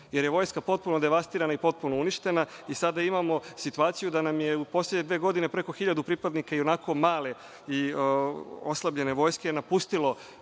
jer je vojska potpuno devastirana i potpuno uništena i sada imamo situaciju da nam je u poslednje dve godine preko 1.000 pripadnika, i onako male i oslabljene vojske, napustilo